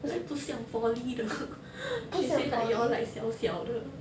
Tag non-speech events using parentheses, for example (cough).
like 不像 poly 的 (laughs) she say like you all like 小小的